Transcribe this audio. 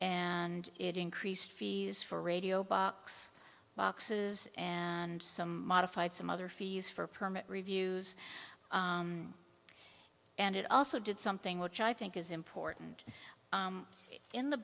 and it increased fees for radio box boxes and some modified some other fees for permit reviews and it also did something which i think is important in the